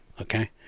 okay